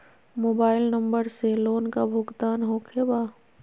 Mobile number से loan का भुगतान होखे बा?